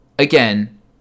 Again